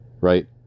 Right